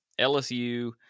LSU